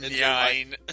Nine